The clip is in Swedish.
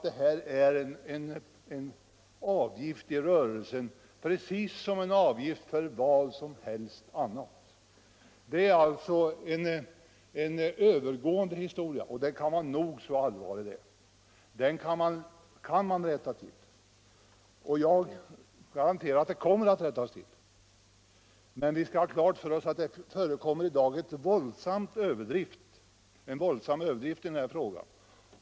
Det gäller alltså en övergående historia, även om den kan vara nog så allvarlig. Den kan rättas till, och jag garanterar att så kommer att ske. Men vi skall ha klart för oss att det i dag förekommer en våldsam överdrift i denna fråga.